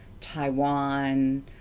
Taiwan